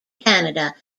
canada